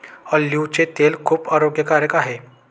ऑलिव्हचे तेल खूप आरोग्यकारक आहे